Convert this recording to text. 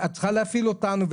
את צריכה להפעיל אותנו.